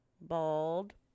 bald